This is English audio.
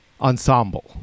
ensemble